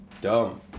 Dumb